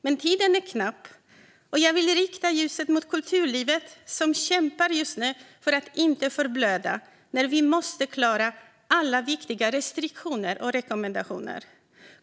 Men tiden är knapp, och jag vill rikta ljuset mot kulturlivet som just nu kämpar för att inte förblöda när vi måste klara av alla viktiga restriktioner och rekommendationer.